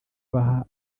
baha